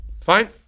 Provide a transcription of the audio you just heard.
Fine